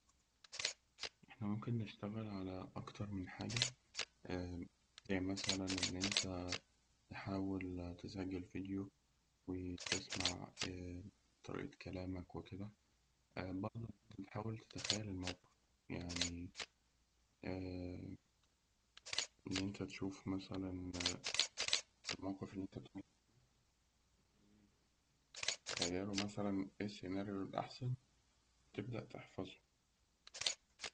إحنا نشتغل على أكتر من حاجة، يعني مثلاً أنت ممكن تحاول تسجل فيديو وتسمع طريقة كلامك وكده برده تحاول تتخيل الموقف. يعني إن أنت تشوف مثلاً الموقف اللي أنت بتتخيله مثلاً إيه السيناريو الأحسن تبدأ تحفظه.